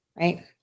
Right